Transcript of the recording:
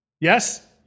Yes